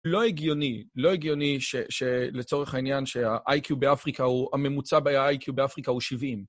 לא הגיוני, לא הגיוני שלצורך העניין שהאיי-קיו באפריקה הוא, הממוצע בהיה איי-קיו באפריקה הוא 70.